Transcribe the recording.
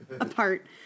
apart